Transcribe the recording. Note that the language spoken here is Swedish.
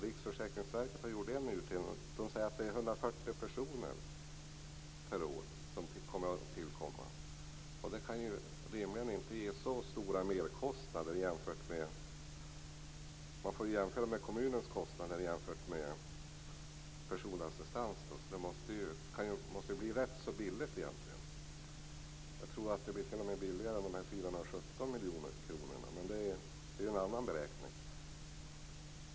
Riksförsäkringsverket gjorde en utredning och säger att det är 140 personer per år som kan tillkomma. Det kan rimligen inte ge så stora merkostnader jämfört med kommunernas kostnader för personlig assistans. Det måste egentligen bli rätt så billigt. Jag tror att det t.o.m. blir billigare än 417 miljoner kronor, men det är en annan beräkning.